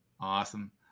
Awesome